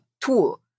tool